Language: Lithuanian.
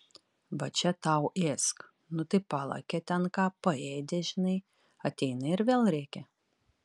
va čia tau ėsk nu tai palakė ten ką paėdė žinai ateina ir vėl rėkia